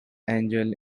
angel